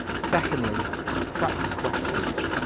secondly practise questions!